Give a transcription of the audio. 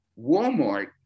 Walmart